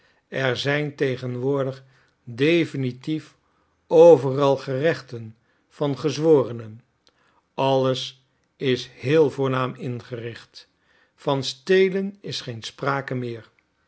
er zijn tegenwoordig definitief overal gerechten van gezworenen alles is heel voornaam ingericht van stelen is geen sprake meer